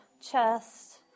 chest